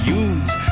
use